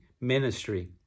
ministry